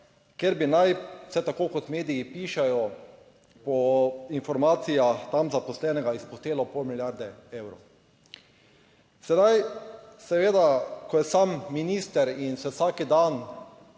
kjer bi naj vsaj tako kot mediji pišejo, po informacijah tam zaposlenega izpuhtelo pol milijarde evrov. Sedaj seveda, ko je sam minister in se vsak dan